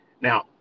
Now